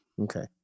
Okay